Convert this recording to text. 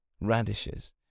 radishes